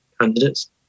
candidates